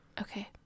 okay